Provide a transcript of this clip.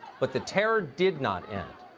but the terror did not end.